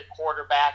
quarterback